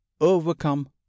overcome